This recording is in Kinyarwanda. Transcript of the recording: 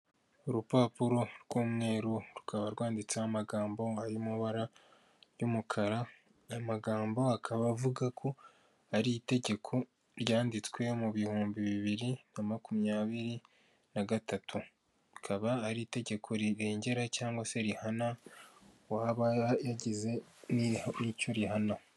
Urupapuro rw'umweru rukaba rwanditseho amagambo ari mu mabara y'umukara aya magambo akaba avuga ko hari itegeko ryanditswe mu bihumbi bibiri na makumyabiri nagatatu, akaba ari itegeko rirengera cyangwa se rihana uwaba yagize n'icyo rihanana.